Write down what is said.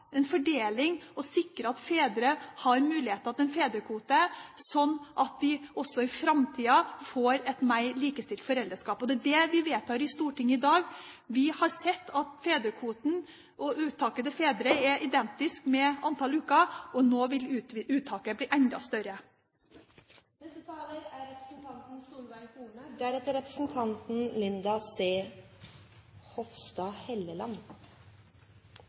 en fordeling og sikre at fedre har muligheter til en fedrekvote som gjør at de også i framtida får et mer likestilt foreldreskap. Det er det vi vedtar i Stortinget i dag. Vi har sett at uttaket til fedre er identisk med fedrekvoten, og nå vil uttaket bli enda større. Det er